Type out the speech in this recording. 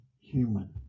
human